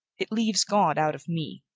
it leaves god out of me.